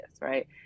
right